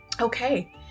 Okay